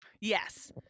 Yes